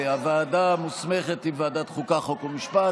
הוועדה המוסמכת היא ועדת החוקה, חוק ומשפט.